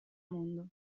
mondo